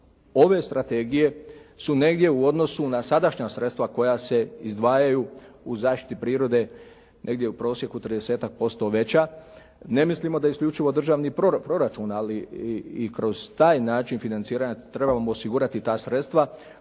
ove strategije su negdje u odnosu na sadašnja sredstva koja se izdvajaju u zaštiti prirode negdje u prosjeku tridesetak posto veća. Ne mislimo da isključivo državni proračun ali i kroz taj način financiranja trebamo osigurati ta sredstva